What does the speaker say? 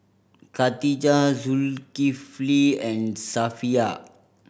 Khatijah Zulkifli and Safiya